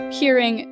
hearing